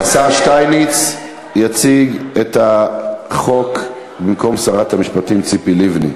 השר שטייניץ יציג את החוק במקום שרת המשפטים ציפי לבני.